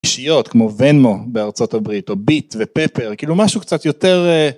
אישיות כמו ונמו בארצות הברית או ביט ופפר כאילו משהו קצת יותר.